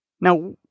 Now